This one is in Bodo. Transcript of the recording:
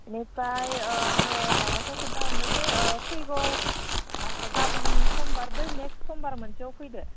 बिनिफ्राय ओह आङो माबाखौ खोन्थाहरनोसै फैगौ गाबोन समबार बै नेक्स्ट समबार मोनसेआव फैदो